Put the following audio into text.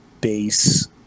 base